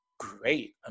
great